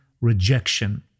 rejection